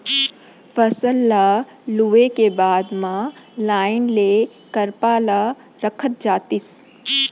फसल ल लूए के बाद म लाइन ले करपा ल रखत जातिस